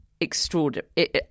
extraordinary